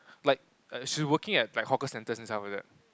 like she's working at like hawker centres and stuff like that